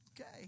okay